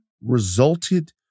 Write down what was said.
resulted